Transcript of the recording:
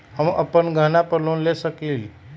हम अपन गहना पर लोन ले सकील?